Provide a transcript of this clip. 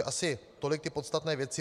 Asi tolik podstatné věci.